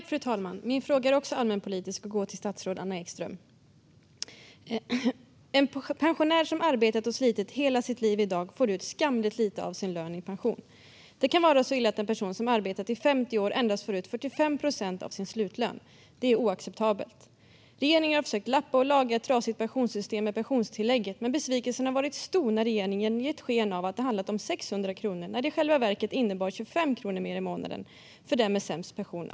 Fru talman! Min fråga är också allmänpolitisk och går till statsrådet Anna Ekström. En pensionär som har arbetat och slitit hela sitt liv får i dag ut skamligt lite av sin lön i pension. Det kan vara så illa att en person som har arbetat i 50 år får ut endast 45 procent av sin slutlön. Det är oacceptabelt. Regeringen har försökt lappa och laga ett trasigt pensionssystem med pensionstillägget, men besvikelsen har varit stor då regeringen gett sken av att det handlar om 600 kronor när det i själva verket innebär 25 kronor mer i månaden för dem med sämst pension.